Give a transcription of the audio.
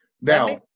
Now